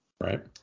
Right